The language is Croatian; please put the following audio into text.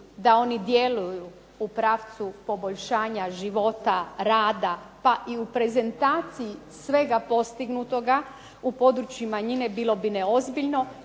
da oni djeluju u pravcu poboljšanja života, rada pa i u prezentaciji svega postignutoga u području manjine bilo bi neozbiljno